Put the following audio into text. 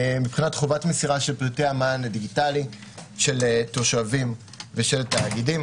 מבחינת חובת מסירה של פרטי המען הדיגיטלי של תושבים ושל תאגידים,